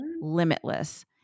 limitless